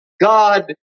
God